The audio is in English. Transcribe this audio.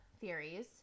theories